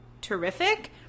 terrific